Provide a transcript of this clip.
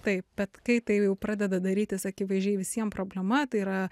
taip bet kai tai jau pradeda darytis akivaizdžiai visiem problema tai yra